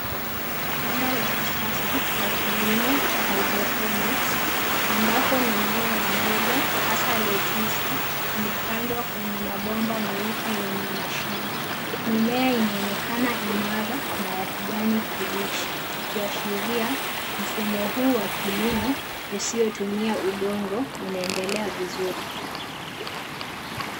Shamba la kisasa la kilimo cha hydroponics ambapo mimea ya mboga hasa letusi imepandwa kwenye mabomba meupe yenye mashimo. Mimea inaonekana imara na ya kijani kibichi ikiashiria mfumo huu wa kilimo usiotumia udongo unaendelea vizuri.